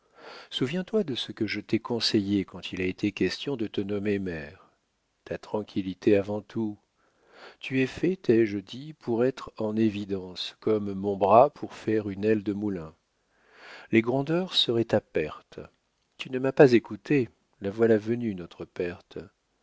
souviens-toi de ce que je t'ai conseillé quand il a été question de te nommer maire ta tranquillité avant tout tu es fait t'ai-je dit pour être en évidence comme mon bras pour faire une aile de moulin les grandeurs seraient ta perte tu ne m'as pas écoutée la voilà venue notre perte